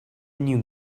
knew